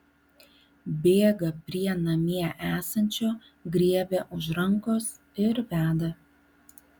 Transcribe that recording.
bėga prie namie esančio griebia už rankos ir veda